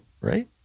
right